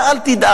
אתה, אל תדאג.